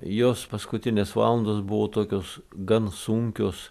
jos paskutinės valandos buvo tokios gan sunkios